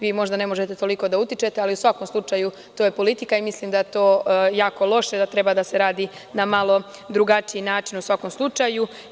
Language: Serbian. Vi možda ne možete toliko da utičete, ali u svakom slučaju to je politika i mislim da to jako loše i da treba da se radi na malo drugačiji način u svakom slučaju.